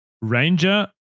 Ranger